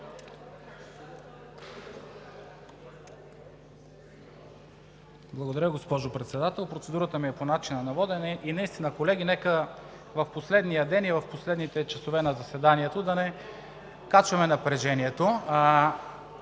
Благодаря, госпожо Председател. Процедурата ми е по начина на водене. Колеги, нека в последния ден и в последните часове на заседанието да не качваме напрежението.